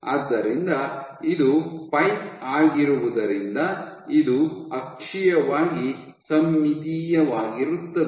ಆದ್ದರಿಂದ ಇದು ಪೈಪ್ ಆಗಿರುವುದರಿಂದ ಅದು ಅಕ್ಷೀಯವಾಗಿ ಸಮ್ಮಿತೀಯವಾಗಿರುತ್ತದೆ